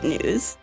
News